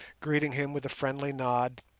greeting him with a friendly nod,